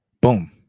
Boom